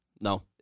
no